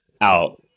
out